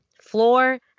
floor